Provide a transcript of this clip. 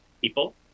people